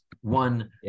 one